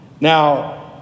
now